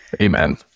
Amen